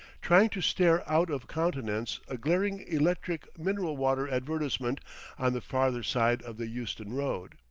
trying to stare out of countenance a glaring electric mineral-water advertisement on the farther side of the euston road.